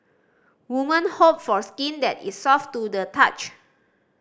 woman hope for skin that is soft to the touch